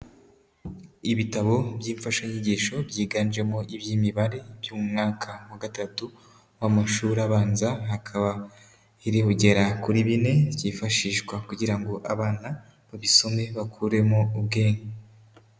Ibitabo by'imfashanyigisho, byiganjemo iby'imibare by'umwaka wa gatatu w'amashuri abanza, akaba biri kugera kuri bine byifashishwa kugira ngo abana babisome bakuremo ubwenge.